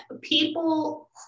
people